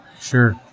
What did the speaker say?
Sure